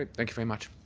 ah thank you very much.